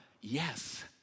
yes